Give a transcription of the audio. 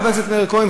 חבר הכנסת מאיר כהן,